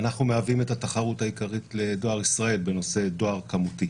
אנחנו מהווים את התחרות העיקרית לדואר ישראל בנושא דואר כמותי